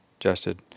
adjusted